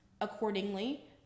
accordingly